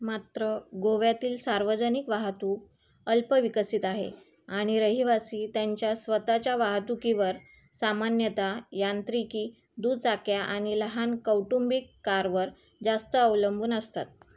मात्र गोव्यातील सार्वजनिक वाहतूक अल्प विकसित आहे आणि रहिवासी त्यांच्या स्वतःच्या वाहतुकीवर सामान्यतः यांत्रिकी दुचाक्या आणि लहान कौटुंबिक कारवर जास्त अवलंबून असतात